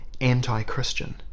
anti-Christian